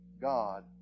God